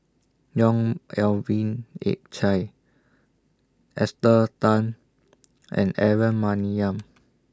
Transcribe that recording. Yong Melvin Yik Chye Esther Tan and Aaron Maniam